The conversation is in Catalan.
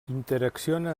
interacciona